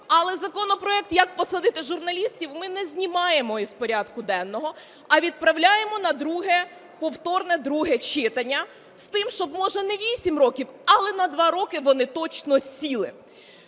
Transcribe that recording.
але законопроект, як посадити журналістів, ми не знімаємо із порядку денного, а відправляємо на повторне друге читання з тим, щоб, може, не вісім років, але на два роки вони точно сіли.